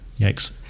Yikes